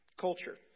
culture